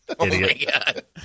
Idiot